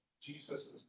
Jesus